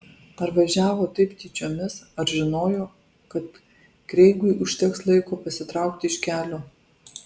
ar važiavo taip tyčiomis ar žinojo kad kreigui užteks laiko pasitraukti iš kelio